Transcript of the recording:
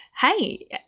hey